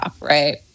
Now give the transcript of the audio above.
right